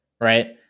right